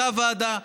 אותה ועדה,